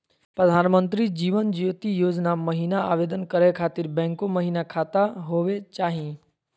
प्रधानमंत्री जीवन ज्योति योजना महिना आवेदन करै खातिर बैंको महिना खाता होवे चाही?